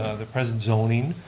the present zoning,